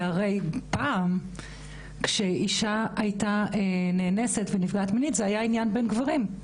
שהרי פעם כשאישה הייתה נאנסת ונפגעת מינית זה היה עניין בין גברים,